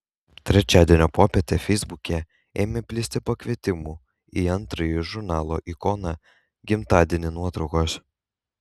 trečiadienio popietę feisbuke ėmė plisti pakvietimų į antrąjį žurnalo ikona gimtadienį nuotraukos